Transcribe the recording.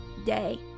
day